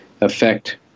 affect